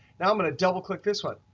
now i'm going to double click this one,